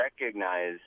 recognize